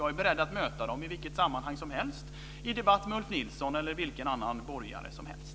Jag är beredd att möta dem i vilket sammanhang som helst, i debatt med Ulf Nilsson eller med vilken annan borgare som helst.